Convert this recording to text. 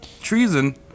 treason